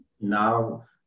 now